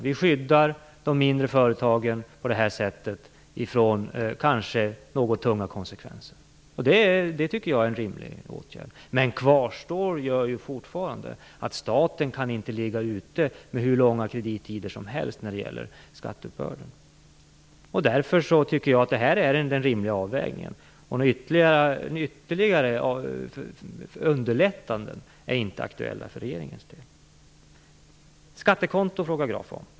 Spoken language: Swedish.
Vi skyddar de mindre företagen på det här sättet från kanske något tunga konsekvenser. Det tycker jag är en rimlig åtgärd. Men kvarstår gör ju fortfarande att staten inte kan ligga ute med hur långa kredittider som helst när det gäller skatteuppbörden. Därför tycker jag att det här är en rimlig avvägning, och några ytterligare underlättanden är inte aktuella för regeringens del. Skattekonto frågar Carl Fredrik Graf om.